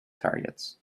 targets